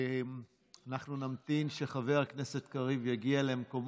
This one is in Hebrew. אנחנו נמתין שחבר הכנסת קריב יגיע למקומו,